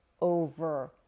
over